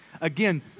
Again